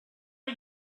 are